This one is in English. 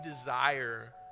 desire